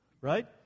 right